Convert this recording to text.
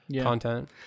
content